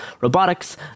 robotics